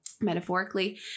metaphorically